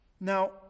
Now